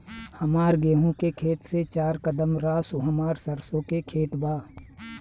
हमार गेहू के खेत से चार कदम रासु हमार सरसों के खेत बा